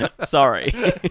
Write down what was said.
Sorry